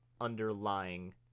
underlying